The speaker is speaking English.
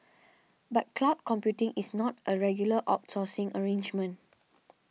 but cloud computing is not a regular outsourcing arrangement